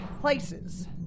Places